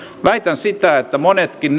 väitän että monetkin